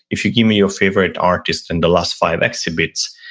if you give me your favorite artist in the last five exhibits,